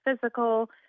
physical